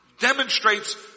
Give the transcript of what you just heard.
demonstrates